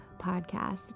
podcast